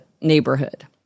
neighborhood